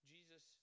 Jesus